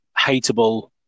hateable